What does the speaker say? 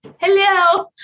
hello